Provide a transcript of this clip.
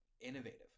innovative